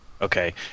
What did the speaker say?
Okay